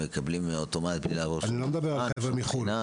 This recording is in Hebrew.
מקבלים אוטומטית --- אני לא מדבר על חבר'ה מחו"ל,